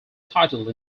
title